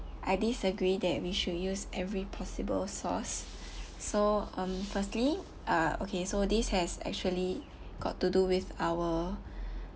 I disagree that we should use every possible source so um firstly uh okay so this has actually got to do with our